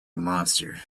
monster